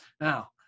Now